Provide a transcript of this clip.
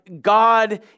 God